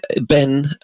Ben